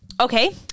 Okay